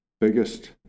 biggest